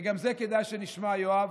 וגם את זה כדאי שנשמע, יואב,